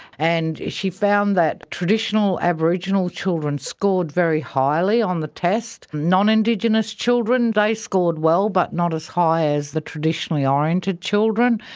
and she found that traditional aboriginal children scored very highly on the test. non-indigenous children, they scored well but not as high as the traditionally oriented children.